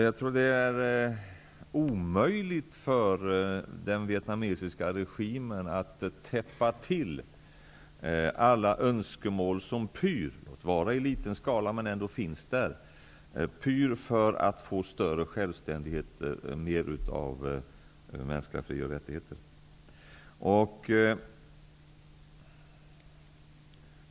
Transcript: Jag tror att det är omöjligt för den vietnamesiska regimen att täppa till alla önskemål som pyr, låt vara i liten skala, för att få större självständighet, mer av mänskliga fri och rättigheter.